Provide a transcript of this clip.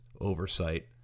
oversight